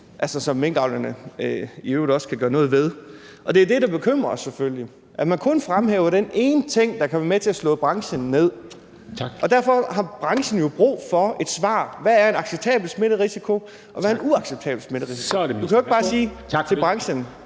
andet, som minkavlerne i øvrigt også kan gøre noget ved. Det er jo det, der selvfølgelig bekymrer os, altså at man kun fremhæver den ene ting, der kan være med til at slå branchen ned. Derfor har branchen jo brug for et svar. Hvad er en acceptabel smitterisiko, og hvad er en uacceptabel smitterisiko? Vi kan jo ikke bare sige til branchen,